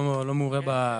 לא מעורה בזה,